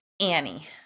Annie